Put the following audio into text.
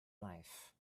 life